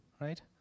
right